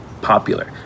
popular